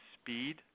speed